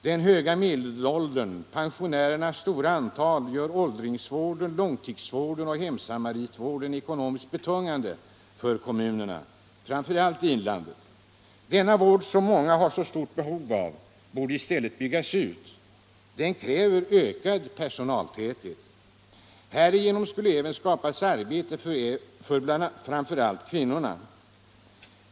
Den höga medelåldern och pensionärernas stora antal gör åldringsvården, långtidsvården och hemsamaritvården ekonomiskt betungande för kommunerna, framför allt i inlandet. Denna vård som många har så stort behov av borde i stället 117 arbetslösheten i Västernorrlands län byggas ut. Den kräver ökad personaltäthet. Härigenom skulle även skapas arbete för framför allt kvinnorna.